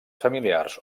familiars